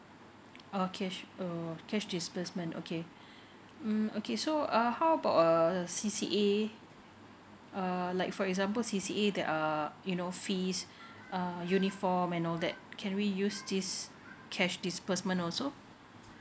uh cash uh cash disbursement okay mm okay so uh how about uh the C_C_A err like for example C_C_A that are you know fees err uniform and all that can we use this cash disbursement also